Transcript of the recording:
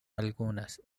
algunas